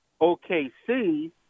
OKC